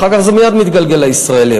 אחר כך זה מייד מתגלגל לישראלים.